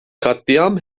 katliam